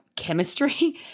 Chemistry